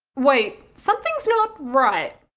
wait! something's not right,